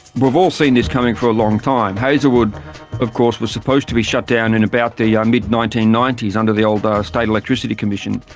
we've all seen this coming for a long time. hazelwood of course was supposed to be shut down in about the um mid nineteen ninety s under the old ah state electricity commission,